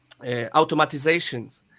automatizations